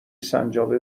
سنجابه